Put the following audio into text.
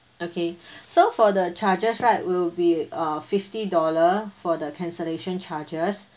okay so for the charges right will be uh fifty dollar for the cancellation charges